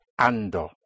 ando